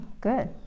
good